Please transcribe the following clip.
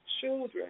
children